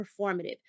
performative